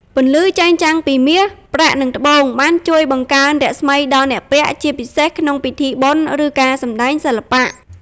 ពន្លឺចែងចាំងពីមាស ប្រាក់ និងត្បូង បានជួយបង្កើនរស្មីដល់អ្នកពាក់ ជាពិសេសក្នុងពិធីបុណ្យ ឬការសម្តែងសិល្បៈ។